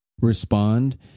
respond